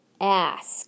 ask